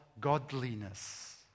godliness